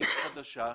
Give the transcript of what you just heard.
תכנית חדשה,